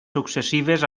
successives